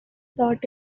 taught